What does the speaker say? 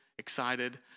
excited